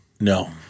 No